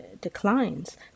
declines